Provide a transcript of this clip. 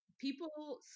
people